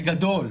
בגדול,